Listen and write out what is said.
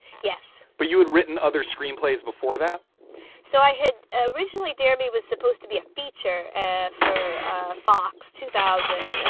yes. but you had written other screenplays before that so i had originally demi was supposed to be a feature ah for ah fox two thousand,